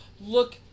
Look